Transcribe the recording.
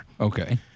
Okay